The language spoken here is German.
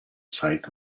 zeit